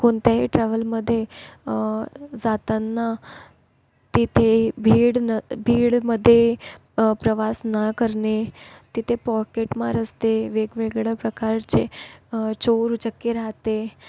कोणत्याही ट्रॅव्हलमध्ये जाताना तिथे भीड न भीडमध्ये प्रवास न करणे तिथे पॉकेटमार असते वेगवेगळ्या प्रकारचे चोरउचक्के राहते